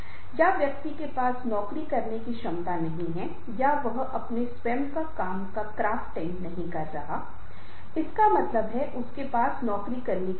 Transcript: एक लिखित पाठ में आपके पास पैराग्राफ हैं आपको अपने वाक्य से पहले शुरू करना होगा जब एक वाक्य में आपके पास अल्पविराम और विराम चिह्न हों